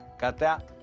got that?